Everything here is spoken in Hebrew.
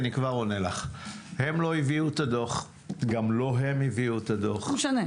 הם לא הביאו את הדוח גם לא הם הביאו את הדוח.